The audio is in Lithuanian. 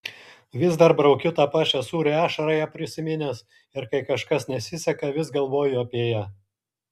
vis dar braukiu tą pačią sūrią ašarą ją prisiminęs ir kai kažkas nesiseka vis galvoju apie ją